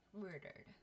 murdered